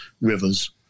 rivers